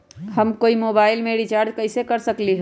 हम कोई मोबाईल में रिचार्ज कईसे कर सकली ह?